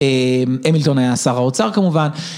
המילטון היה שר האוצר כמובן.